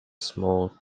small